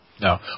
No